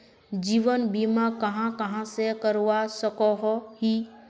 जीवन बीमा कहाँ कहाँ से करवा सकोहो ही?